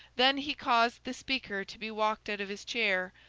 then he caused the speaker to be walked out of his chair,